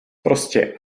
prostě